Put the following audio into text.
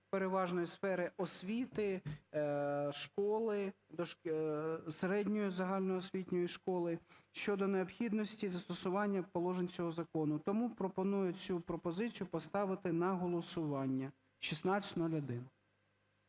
переважно сфери освіти, школи, середньої загальноосвітньої школи щодо необхідності застосування положень цього закону. Тому пропоную цю пропозицію поставити на голосування. 1601.